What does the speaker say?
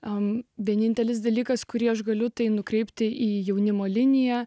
ar vienintelis dalykas kurį aš galiu tai nukreipti į jaunimo liniją